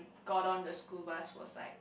got on the school bus was like